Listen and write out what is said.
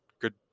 good